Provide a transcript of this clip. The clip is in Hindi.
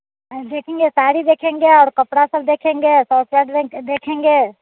देखेंगे साड़ी देखेंगे और कपड़ा सब देखेंगे देखेंगे